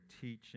teaching